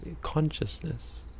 Consciousness